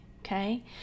okay